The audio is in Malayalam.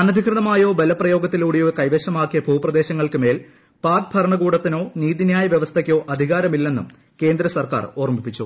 അനധികൃതമായോ ബലപ്രയോഗത്തിലൂടെയോ കൈവശമാക്കിയ ഭൂപ്രദേശങ്ങൾക്ക് മേൽ പാക്ക് ഭരണകൂടത്തിനോ നീതിന്യായ വൃവസ്ഥക്കോ അധികാരമില്ലെന്നും കേന്ദ്ര സർക്കാർ ഓർമ്മിപ്പിച്ചു